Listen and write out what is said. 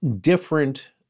different